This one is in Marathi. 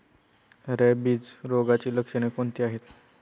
रॅबिज रोगाची लक्षणे कोणती आहेत?